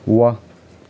वाह